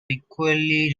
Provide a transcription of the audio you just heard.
equally